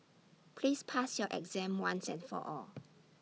please pass your exam once and for all